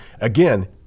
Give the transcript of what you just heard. Again